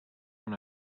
when